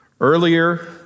Earlier